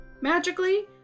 magically